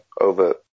over